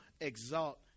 exalt